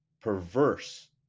perverse